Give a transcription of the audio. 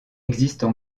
existent